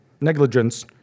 negligence